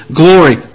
glory